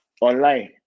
online